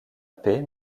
paix